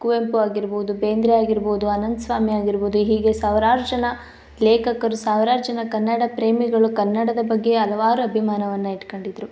ಕುವೆಂಪು ಆಗಿರ್ಬೋದು ಬೇಂದ್ರೆ ಆಗಿರ್ಬೋದು ಅನಂತ ಸ್ವಾಮಿ ಆಗಿರ್ಬೋದು ಹೀಗೆ ಸಾವಿರಾರು ಜನ ಲೇಖಕರು ಸಾವಿರಾರು ಜನ ಕನ್ನಡ ಪ್ರೇಮಿಗಳು ಕನ್ನಡದ ಬಗ್ಗೆ ಹಲ್ವಾರು ಅಭಿಮಾನವನ್ನು ಇಟ್ಕೊಂಡಿದ್ರು